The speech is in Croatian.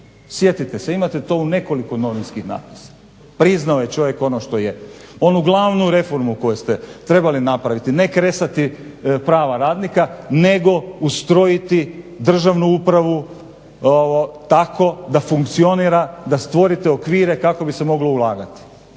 Sjetite se, imate to u nekoliko novinskih napisa, priznao je čovjek ono što je. Onu glavnu reformu koju ste trebali napraviti ne kresati prava radnika nego ustrojiti državnu upravu tako da funkcionira da stvorite okvire kako bi se moglo ulagati.